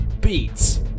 beats